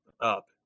up